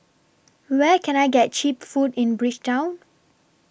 Where Can I get Cheap Food in Bridgetown